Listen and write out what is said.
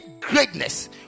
greatness